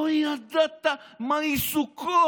לא ידעת מה עיסוקו,